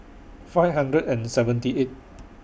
five hundred and seventy eight